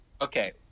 Okay